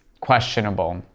questionable